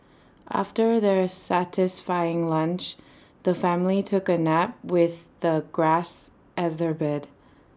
after their satisfying lunch the family took A nap with the grass as their bed